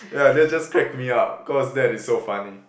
yeah that just crack me up cause that is so funny